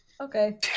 okay